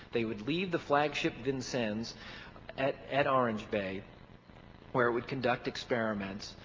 they would leave the flagship, vincennes, at at orange bay where it would conduct experiments.